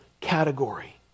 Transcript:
category